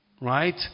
right